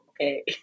okay